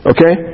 Okay